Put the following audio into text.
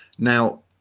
Now